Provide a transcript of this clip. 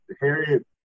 harriet